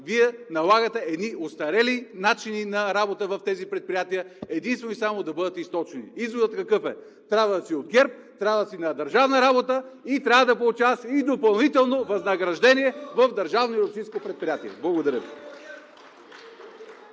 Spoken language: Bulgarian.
Вие налагате едни остарели начини на работа в тези предприятия, единствено и само да бъдат източвани. Изводът какъв е?! Трябва да си от ГЕРБ, трябва да си на държавна работа и трябва да получаваш едно допълнително възнаграждение в държавно и общинско предприятие. Благодаря Ви.